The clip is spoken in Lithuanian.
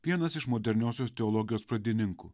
vienas iš moderniosios teologijos pradininkų